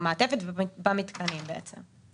במעטפת ובמתקנים בעצם.